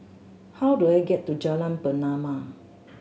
how do I get to Jalan Pernama